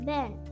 Ben